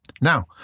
Now